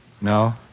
No